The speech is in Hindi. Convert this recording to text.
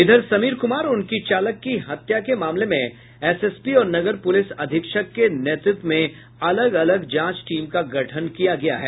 इधर समीर कुमार और उनकी चालक की हत्या के मामले में एसएसपी और नगर पुलिस अधीक्षक के नेतृत्व में अलग अलग जांच टीम का गठन किया गया है